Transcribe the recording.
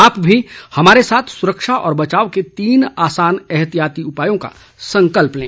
आप भी हमारे साथ सुरक्षा और बचाव के तीन आसान एहतियाती उपायों का संकल्प लें